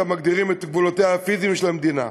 מגדירים את גבולותיה הפיזיים של המדינה.